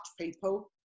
people